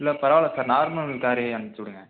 இல்லை பரவயில்ல sir normal காரே அனுப்பிச்சுடுங்க